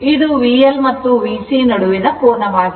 ಇದು VL ಮತ್ತು VC ನಡುವಿನ ಕೋನವಾಗಿದೆ